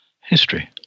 history